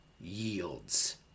yields